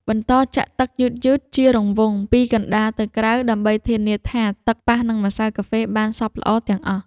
បន្តចាក់ទឹកយឺតៗជារង្វង់ពីកណ្ដាលទៅក្រៅ ដើម្បីធានាថាទឹកប៉ះនឹងម្សៅកាហ្វេបានសព្វល្អទាំងអស់។